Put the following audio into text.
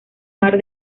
mar